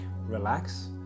relax